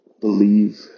believe